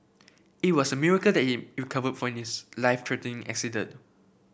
it was a miracle that he recovered from his life threatening accident